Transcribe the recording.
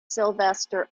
sylvester